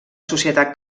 societat